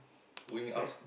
going up